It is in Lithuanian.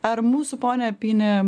ar mūsų pone apini